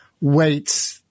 weights